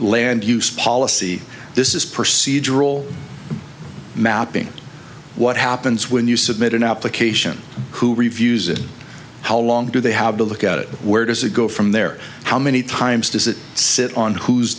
land use policy this is procedural mapping what happens when you submit an application who reviews it how long do they have to look at it where does it go from there how many times does it sit on who